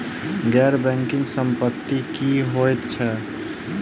गैर बैंकिंग संपति की होइत छैक?